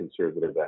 conservative